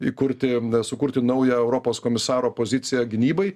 įkurti sukurti naują europos komisaro poziciją gynybai